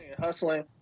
hustling